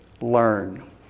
learn